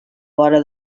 vora